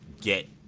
get